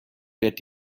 that